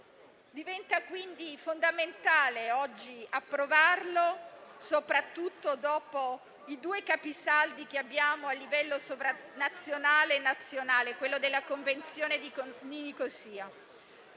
Diventa quindi fondamentale oggi approvarlo, soprattutto dopo i due capisaldi che abbiamo a livello sovranazionale e nazionale, e mi riferisco alla Convenzione di Nicosia.